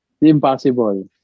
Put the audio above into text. Impossible